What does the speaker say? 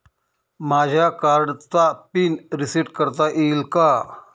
माझ्या कार्डचा PIN reset करता येईल का?